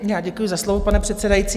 Já děkuji za slovo, pane předsedající.